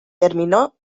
terminó